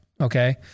okay